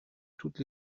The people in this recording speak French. toutes